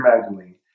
Magdalene